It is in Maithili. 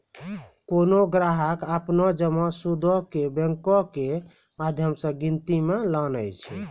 कोनो ग्राहक अपनो जमा सूदो के बैंको के माध्यम से गिनती मे लानै छै